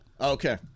Okay